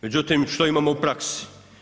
Međutim, što imamo u praksi.